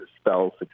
spell